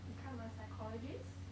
become a psychologist